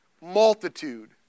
multitude